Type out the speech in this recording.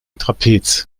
trapez